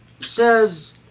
says